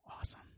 awesome